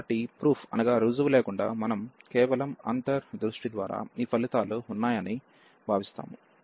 కాబట్టి రుజువు లేకుండా మనం కేవలం అంతర్ దృష్టి ద్వారా ఈ ఫలితాలు ఉన్నాయని భావిస్తాము